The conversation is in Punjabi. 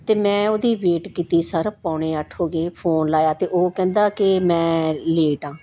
ਅਤੇ ਮੈਂ ਉਹਦੀ ਵੇਟ ਕੀਤੀ ਸਰ ਪੌਣੇ ਅੱਠ ਹੋ ਗਏ ਫੋਨ ਲਾਇਆ ਅਤੇ ਉਹ ਕਹਿੰਦਾ ਕੇ ਮੈਂ ਲੇਟ ਹਾਂ